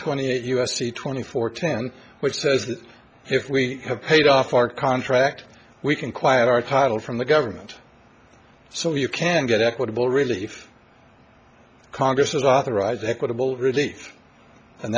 twenty eight u s c twenty four ten which says that if we have paid off our contract we can quiet our title from the government so you can get equitable relief congress has authorized equitable relief and